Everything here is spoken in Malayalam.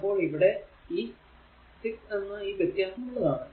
അപ്പോൾ ഇവിടെ ഈ 6 എന്ന വ്യത്യാസം ഉള്ളതാണ്